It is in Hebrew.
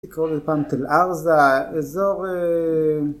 לקרוא לזה פעם תל ארזה, אזור